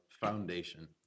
foundation